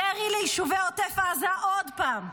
ירי ליישובי עוטף עזה עוד פעם,